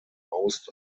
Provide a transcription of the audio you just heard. most